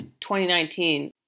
2019